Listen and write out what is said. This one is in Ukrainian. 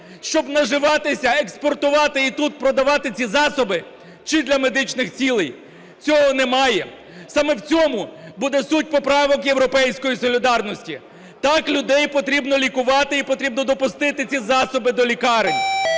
Щоб наживатися, експортувати і тут продавати ці засоби чи для медичних цілей? Цього немає. Саме в цьому буде суть поправок "Європейської солідарності". Так, людей потрібно лікувати. І потрібно допустити ці засоби до лікарень.